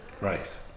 Right